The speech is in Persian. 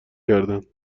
کردند